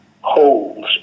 holes